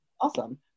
Awesome